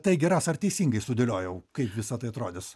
taigi rasa ar teisingai sudėliojau kaip visa tai atrodys